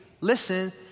listen